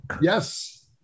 Yes